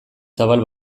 zabal